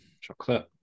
Chocolate